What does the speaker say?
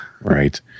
Right